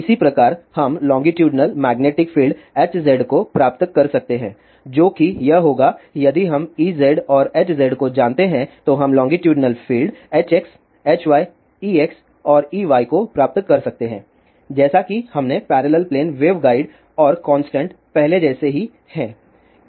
इसी प्रकार हम लोंगीटूडिनल मैग्नेटिक फील्ड Hz को प्राप्त कर सकते हैं जो कि यह होगा यदि हम Ez और Hz को जानते हैं तो हम longitudinal field Hx Hy Ex और Ey को प्राप्त कर सकते हैं जैसा कि हमने पैरेलल प्लेन वेवगाइड और कांस्टेंट पहले जैसे ही हैं